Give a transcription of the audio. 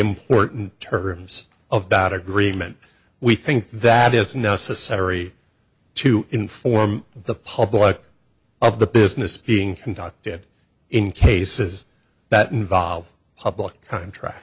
important terms of bad agreement we think that is necessary to inform the public of the business being conducted in cases that involve public